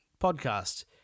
podcast